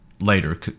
later